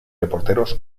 reporteros